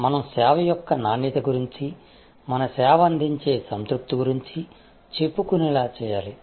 మన సేవ యొక్క నాణ్యత గురించి మన సేవ అందించే సంతృప్తి గురించి చెప్పుకునేలా చేయాలి